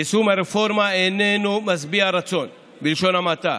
יישום הרפורמה אינו משביע רצון, בלשון המעטה.